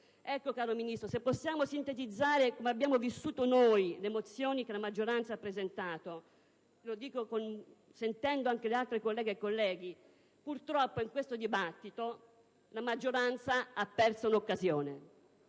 Ecco, cara Ministro: se possiamo sintetizzare come abbiamo vissuto noi le mozioni che la maggioranza ha presentato (lo dico sentendo anche le altre colleghe e colleghi) purtroppo in questo dibattito la maggioranza ha perso un'occasione.